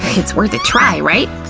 it's worth a try, right?